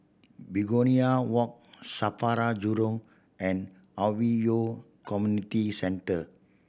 Begonia Walk SAFRA Jurong and Hwi Yoh Community Centre